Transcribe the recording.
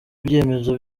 ibyemezo